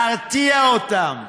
להרתיע אותם,